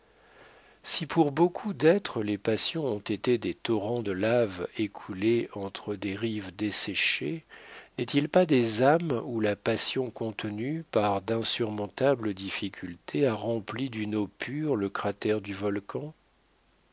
si pour beaucoup d'êtres les passions ont été des torrents de lave écoulés entre des rives desséchées n'est-il pas des âmes où la passion contenue par d'insurmontables difficultés a rempli d'une eau pure le cratère du volcan